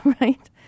right